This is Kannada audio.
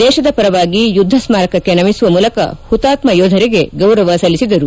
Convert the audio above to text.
ದೇಶದ ಪರವಾಗಿ ಯುದ್ಧ ಸ್ಮಾರಕಕ್ಕೆ ನಮಿಸುವ ಮೂಲಕ ಪುತಾತ್ಮ ಯೋಧರಿಗೆ ಗೌರವ ಸಲ್ಲಿಸಿದರು